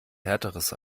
härteres